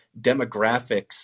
demographics